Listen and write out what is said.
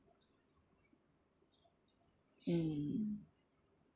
mm